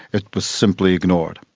it was simply ignored.